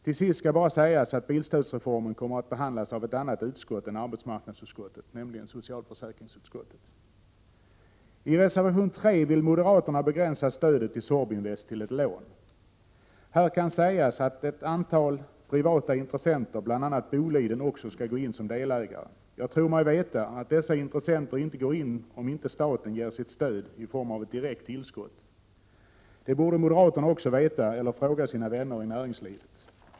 Till sist skall jag bara säga att bilstödsreformen kommer att behandlas av ett annat utskott än arbetsmarknadsutskottet, nämligen socialförsäkringsutskottet. I reservation 3 vill moderaterna begränsa stödet till Sorbinvest till ett lån. Här kan sägas att ett antal privata intressenter, bl.a. Boliden, också skall gå in som delägare. Jag tror mig veta att dessa intressenter inte går in om inte staten ger sitt stöd i form av ett direkt tillskott. Det borde moderaterna också veta eller kunna fråga sina vänner i näringslivet om.